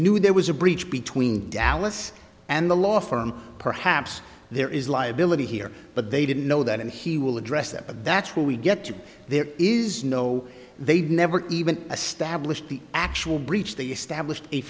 knew there was a breach between dallas and the law firm perhaps there is liability here but they didn't know that and he will address that but that's what we get to there is no they've never even a stablished the actual breach they established a